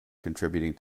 contributing